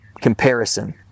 comparison